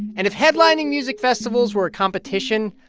and if headlining music festivals were a competition,